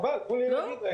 חבל, תנו לי להגיד.